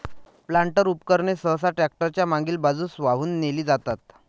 planter उपकरणे सहसा tractor च्या मागील बाजूस वाहून नेली जातात